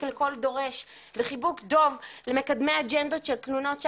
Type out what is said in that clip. לכל דורש וחיבוק דוב למקדמי האג'נדות של תלונות שווא.